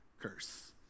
curse